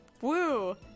Woo